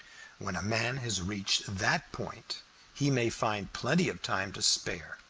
when a man has reached that point he may find plenty of time to spare,